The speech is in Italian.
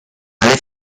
alle